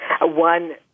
one